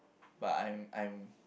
but I am I am